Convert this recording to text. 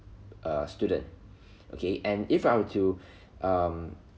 uh student okay and if I were to um